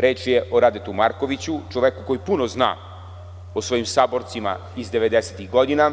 Reč je o Radetu Markoviću, čoveku koji puno zna o svojim saborcima iz 90-ih godina